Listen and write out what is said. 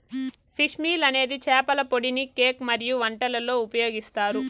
fish meal అనేది చేపల పొడిని కేక్ మరియు వంటలలో ఉపయోగిస్తారు